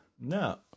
No